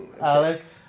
Alex